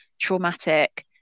traumatic